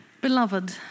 Beloved